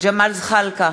ג'מאל זחאלקה,